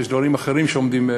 דברים אחרים עומדים,